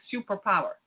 superpower